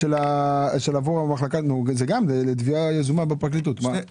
של תביעה יזומה בפרקליטות, אז תסביר לי.